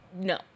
no